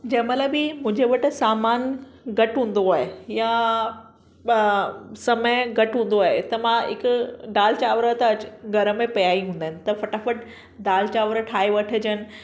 जंहिं महिल बि मुंहिंजे वटि सामानु घटि हूंदो आहे या समय घटि हूंदो आहे त मां हिक दाल चांवर त अॼु घर में पिया ई हूंदा आहिनि त फ़टाफ़ट दाल चांवर ठाहे वठजनि